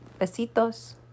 Besitos